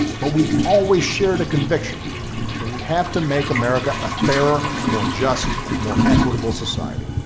but we've always shared a conviction that we have to make america a fairer, more just, more equitable society.